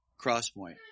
Crosspoint